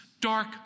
dark